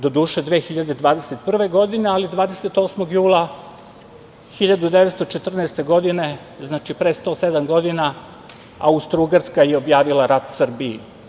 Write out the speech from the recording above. Do duše 2021. godine, ali 28. jula 1914. godine, znači pre 107 godina, Austro-ugarska je objavila rat Srbiji.